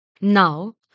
Now